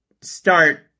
start